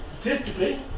statistically